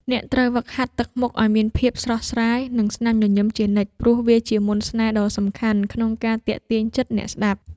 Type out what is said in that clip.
អ្នកត្រូវហ្វឹកហាត់ទឹកមុខឱ្យមានភាពស្រស់ស្រាយ និងស្នាមញញឹមជានិច្ច ព្រោះវាជាមន្តស្នេហ៍ដ៏សំខាន់ក្នុងការទាក់ទាញចិត្តអ្នកស្ដាប់។